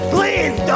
Please